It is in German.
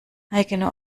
eigene